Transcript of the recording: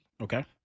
Okay